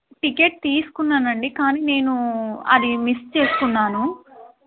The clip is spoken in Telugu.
టిక్కెట్ తీసుకున్నానండి కానీ నేను అది మిస్ చేసుకున్నాను